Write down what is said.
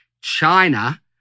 China